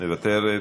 מוותרת.